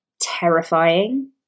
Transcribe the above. terrifying